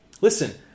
Listen